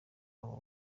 abo